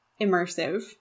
immersive